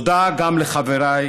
תודה גם לחבריי,